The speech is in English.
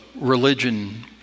religion